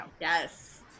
Yes